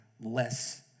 less